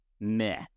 meh